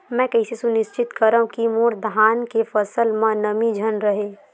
मैं कइसे सुनिश्चित करव कि मोर धान के फसल म नमी झन रहे?